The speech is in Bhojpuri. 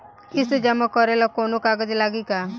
किस्त जमा करे ला कौनो कागज लागी का?